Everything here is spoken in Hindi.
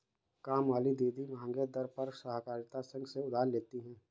कामवाली दीदी महंगे दर पर सहकारिता संघ से उधार लेती है